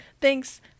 thanks